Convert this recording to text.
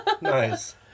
Nice